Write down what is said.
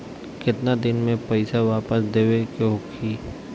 केतना दिन में पैसा वापस देवे के होखी?